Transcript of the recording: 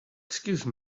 excuse